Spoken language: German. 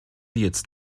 jetzt